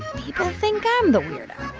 people think i'm the weirdo.